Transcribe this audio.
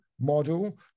Model